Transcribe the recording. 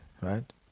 right